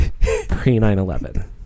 pre-9-11